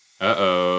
Uh-oh